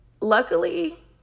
Luckily